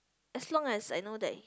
as long as I know that